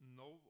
no